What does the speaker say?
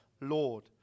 Lord